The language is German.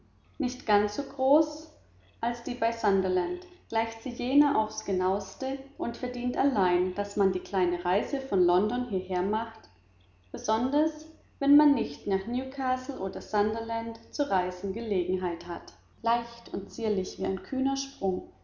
nicht ganz so groß als die bei sunderland gleicht sie jener auf's genaueste und verdient allein daß man die kleine reise von london hierher macht besonders wenn man nicht nach newcastle und sunderland zu reisen gelegenheit hat leicht und zierlich wie ein kühner